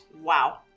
Wow